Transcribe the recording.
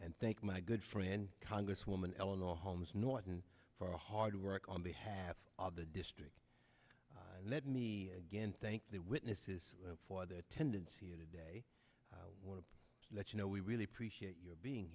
and thank my good friend congresswoman eleanor holmes norton for hard work on behalf of the district let me again thank the witnesses for the attendance here today when i let you know we really appreciate your being